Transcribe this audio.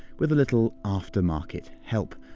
with a little after market help.